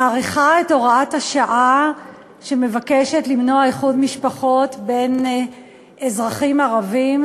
מאריכה את תוקף הוראת השעה שמבקשת למנוע איחוד משפחות בין אזרחים ערבים,